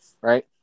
right